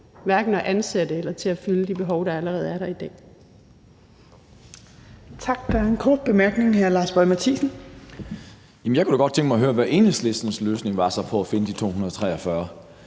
hverken at ansætte eller til at udfylde det behov, der allerede er der i dag.